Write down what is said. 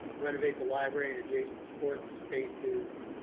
renovate the library and adjacent sports spaces,